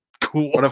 Cool